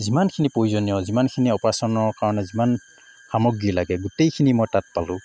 যিমানখিনি প্ৰয়োজনীয় যিমানখিনি অপাৰেশ্যনৰ কাৰণে যিমান সামগ্ৰী লাগে গোটেইখিনি মই তাত পালো